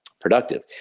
productive